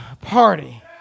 party